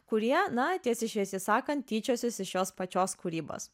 kurie na tiesiai šviesiai sakant tyčiosis iš jos pačios kūrybos